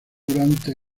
durante